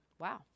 Wow